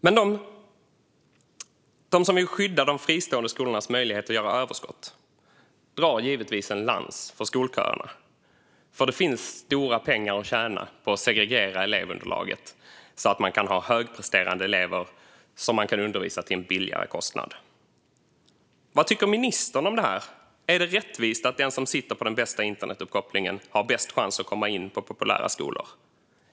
Men de som vill skydda de fristående skolornas möjlighet att gå med överskott drar givetvis en lans för skolköerna, för det finns stora pengar att tjäna på att segregera elevunderlaget så att man kan få högpresterande elever som man kan undervisa till en lägre kostnad. Vad tycker ministern om det här? Är det rättvist att den som sitter på den bästa internetuppkopplingen har störst chans att komma in på populära skolor?